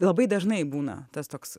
labai dažnai būna tas toks